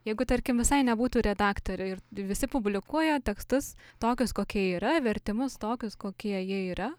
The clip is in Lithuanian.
jeigu tarkim visai nebūtų redaktorių ir visi publikuoja tekstus tokius kokie yra vertimus tokius kokie jie yra